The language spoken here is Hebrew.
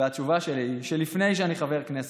והתשובה שלי היא שלפני שאני חבר כנסת,